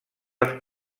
els